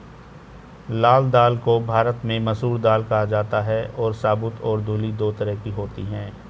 लाल दाल को भारत में मसूर दाल कहा जाता है और साबूत और धुली दो तरह की होती है